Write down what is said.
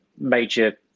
major